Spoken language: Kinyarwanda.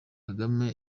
kagame